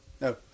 no